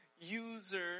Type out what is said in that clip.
user